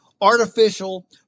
artificial